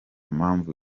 mpamvu